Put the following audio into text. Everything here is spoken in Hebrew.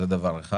זה דבר אחד.